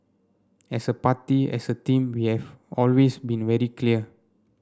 as a party as a team always been very clear